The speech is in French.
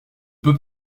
peut